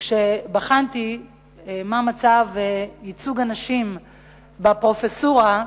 כשבחנתי מה מצב ייצוג הנשים בפרופסורה,